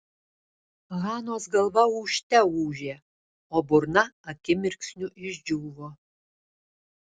hanos galva ūžte ūžė o burna akimirksniu išdžiūvo